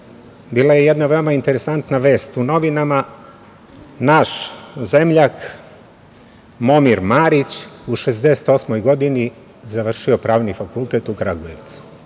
bila je jedna veoma interesantna vest u novinama. Naš zemljak, Momir Marić, u 68. godini je završio Pravni fakultet u Kragujevcu.